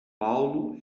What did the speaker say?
paulo